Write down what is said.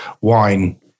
wine